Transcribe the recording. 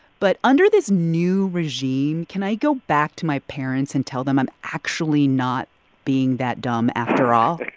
but under this new regime, can i go back to my parents and tell them i'm actually not being that dumb after all?